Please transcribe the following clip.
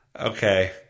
Okay